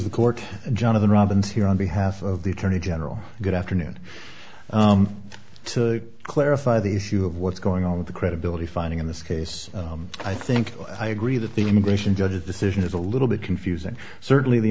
the court john of the robins here on behalf of the attorney general good afternoon to clarify the issue of what's going on with the credibility finding in this case i think i agree that the immigration judge decision is a little bit confusing certainly the